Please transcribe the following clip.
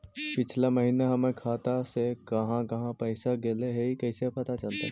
पिछला महिना हमर खाता से काहां काहां पैसा भेजल गेले हे इ कैसे पता चलतै?